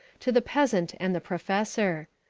to the peasant and the professor.